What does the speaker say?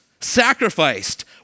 sacrificed